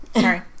Sorry